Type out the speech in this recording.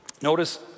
Notice